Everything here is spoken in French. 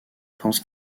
pense